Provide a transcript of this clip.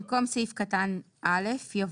במקום סעיף קטן (א) יבוא: